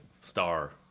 star